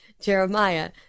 Jeremiah